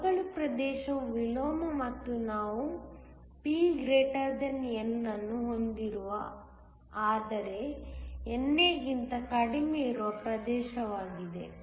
ಸವಕಳಿ ಪ್ರದೇಶವು ವಿಲೋಮ ಮತ್ತು ನಾವು P N ಅನ್ನು ಹೊಂದಿರುವ ಆದರೆ NA ಗಿಂತ ಕಡಿಮೆ ಇರುವ ಪ್ರದೇಶವಾಗಿದೆ